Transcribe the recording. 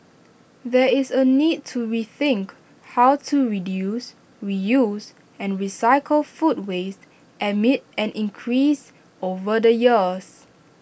there is A need to rethink how to reduce reuse and recycle food waste amid an increase over the years